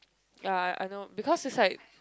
ya I I know because it's like